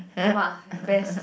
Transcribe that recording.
!wah! best